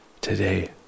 today